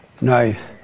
Nice